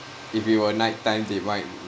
if it were night time they might